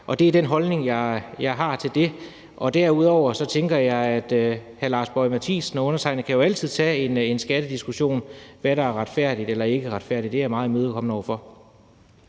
og det er den holdning, jeg har til det. Derudover tænker jeg, at hr. Lars Boje Mathiesen og undertegnede jo altid kan tage en skattediskussion om, hvad der er retfærdigt eller ikke er retfærdigt. Det er jeg meget imødekommende over for.